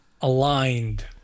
aligned